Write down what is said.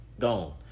gone